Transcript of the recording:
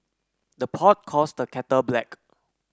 the pot calls the kettle black